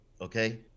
okay